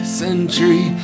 century